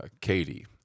Katie